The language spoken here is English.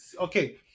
okay